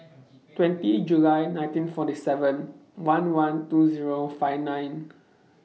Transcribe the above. twenty July nineteen forty seven one one two Zero five nine